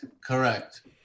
correct